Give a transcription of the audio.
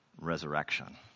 resurrection